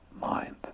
mind